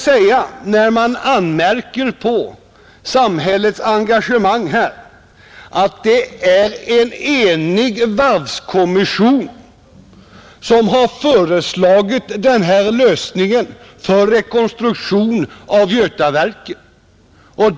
När man anmärker på samhällets engagemang här vill jag erinra om att det är en enig varvskommission som föreslagit denna lösning för rekonstruktion av Götaverken.